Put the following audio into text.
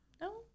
No